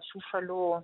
šių šalių